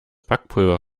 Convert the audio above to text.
backpulver